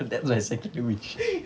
that's my second wish